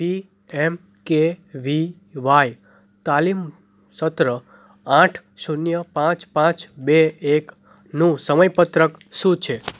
પી M K V Y તાલીમ સત્ર આઠ શૂન્ય પાંચ પાંચ બે એક નું સમયપત્રક શું છે